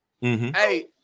Hey